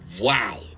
Wow